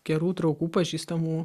gerų draugų pažįstamų